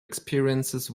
experiences